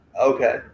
Okay